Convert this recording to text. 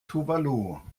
tuvalu